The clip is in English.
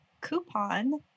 coupon